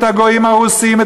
את הגויים הרוסים,